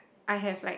I have like